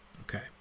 Okay